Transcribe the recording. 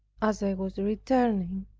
as i was returning,